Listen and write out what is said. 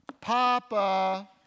Papa